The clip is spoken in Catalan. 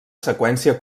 seqüència